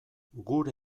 gure